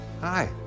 hi